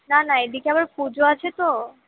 না না এদিকে আবার পুজো আছে তো